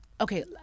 Okay